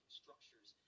structures